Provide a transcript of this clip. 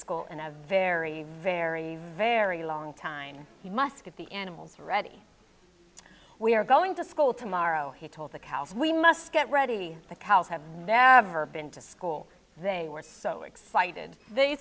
school in a very very very long time he must have the animals ready we are going to school tomorrow he told the cows we must get ready the cow have never been to school they were so excited they